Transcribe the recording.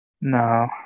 No